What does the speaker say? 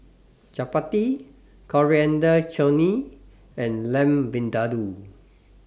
Chapati Coriander Chutney and Lamb Vindaloo